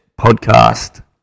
podcast